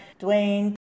Dwayne